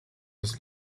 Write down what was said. was